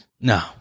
No